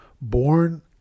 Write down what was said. born